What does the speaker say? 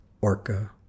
Orca